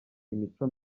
imico